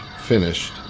finished